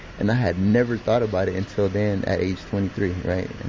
and i had never thought about it until then at age twenty three, right. and